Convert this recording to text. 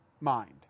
mind